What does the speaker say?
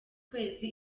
kwezi